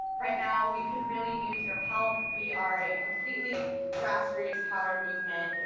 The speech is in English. right now we could really use your help. we are a completely grassroots-powered movement.